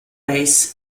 wijs